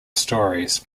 stories